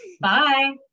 Bye